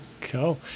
Cool